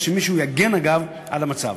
צריך שמישהו יגן, אגב, על המצב.